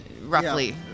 roughly